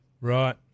Right